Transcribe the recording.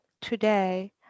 today